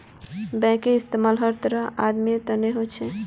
बैंकेर इस्तमाल हर तरहर आदमीर तने हो छेक